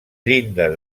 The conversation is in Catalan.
llindes